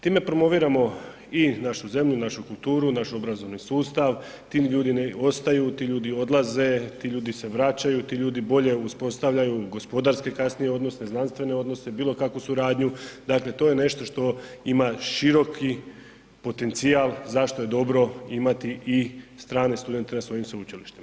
Time promoviramo i našu zemlji i našu kulturu, naš obrazovni sustav, ti ljudi ostaju, ti ljudi odlaze, ti ljudi se vraćaju, ti ljudi bolje uspostavljaju gospodarske kasnije odnose, znanstvene odnose, bilo kakvu suradnju, dakle to je nešto što ima široki potencijal zašto je dobro imati i strane studente na svojim sveučilištima.